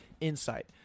insight